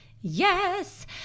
Yes